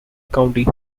county